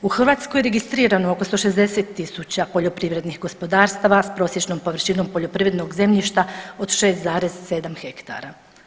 U Hrvatskoj je registrirano oko 160.000 poljoprivrednih gospodarstava s prosječnom površinom poljoprivrednog zemljišta od 6,7 hektara.